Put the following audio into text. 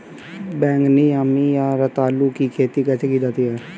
बैगनी यामी या रतालू की खेती कैसे की जाती है?